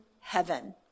heaven